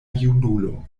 junulo